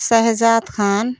Shahzad Khan